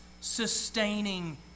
sustaining